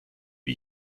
wie